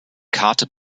karte